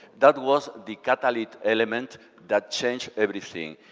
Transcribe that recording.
that was the catalyst element that changed everything.